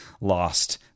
lost